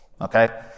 okay